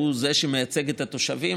שהוא שמייצג את התושבים,